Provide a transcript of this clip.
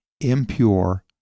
impure